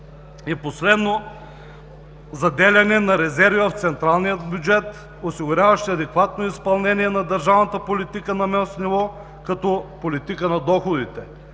Последно – заделяне на резерви в централния бюджет, осигуряващи адекватно изпълнение на държавната политика на местно ниво като политика на доходите,